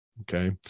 okay